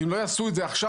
ואם לא יעשו את זה עכשיו,